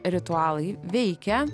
ritualai veikia